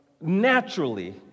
Naturally